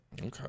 okay